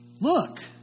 Look